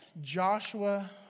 Joshua